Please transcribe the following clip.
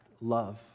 love